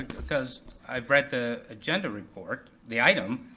because i've read the agenda report, the item.